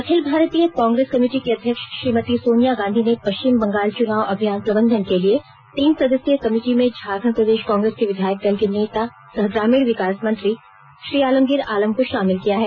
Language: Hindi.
अखिल भारतीय कांग्रेस कमिटी के अध्यक्ष श्रीमती सोनिया गांधी ने पश्चिम बंगाल चुनाव अभियान प्रबंधन के लिए तीन सदस्यीय कमिटी में झारखंड प्रदेश कांग्रेस के विधायक दल के नेता सह ग्रामीण विकास मंत्री श्री आलमगीर आलम को शामिल किया है